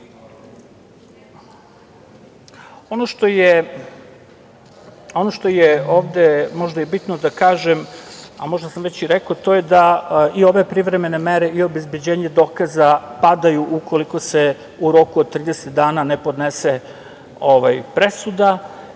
što je ovde možda i bitno da kažem, a možda sam već i rekao, a to je da ove privremene mere i obezbeđenje dokaza padaju ukoliko se u roku od 30 dana ne podnese tužba